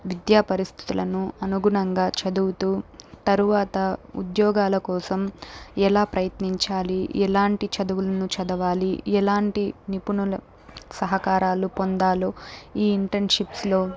విద్యా పరిస్థులను అనుగుణంగా చదువుతు తరువాత ఉద్యోగాల కోసం ఎలా ప్రయత్నించాలి ఎలాంటి చదువులను చదవాలి ఎలాంటి నిపుణుల సహకారాలు పొందాలో ఈ ఇంటర్న్షిప్స్లో